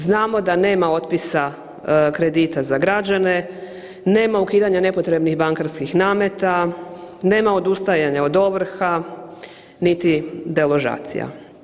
Znamo da nema otpisa kredita za građane, nema ukidanja nepotrebnih bankarskih nameta, nema odustajanja od ovrha, niti deložacija.